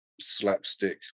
slapstick